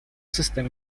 system